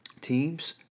teams